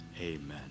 Amen